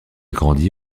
grandit